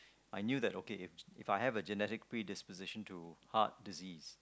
I knew that okay If I have a genetic predisposition to heart disease